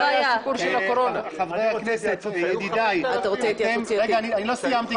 גברתי היושבת ראש, לא סיימתי.